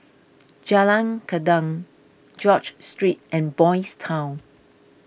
Jalan Gendang George Street and Boys' Town